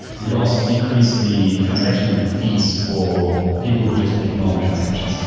you also decrease the transaction fees for the people who just make normal transactions.